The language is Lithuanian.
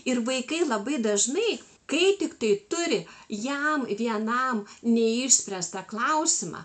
ir vaikai labai dažnai kai tiktai turi jam vienam neišspręstą klausimą